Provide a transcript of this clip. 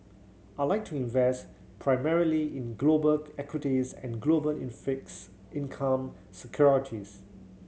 I like to invest primarily in global equities and global in fixed income securities